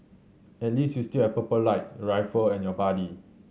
at least you still have Purple Light your rifle and your buddy